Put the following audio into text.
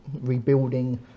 rebuilding